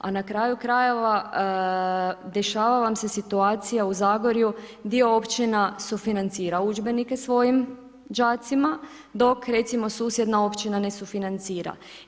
A na kraju krajeva dešava vam se situacija u Zagorju gdje općina sufinancira udžbenike svojim đacima, dok, recimo, susjedna općina ne sufinancira.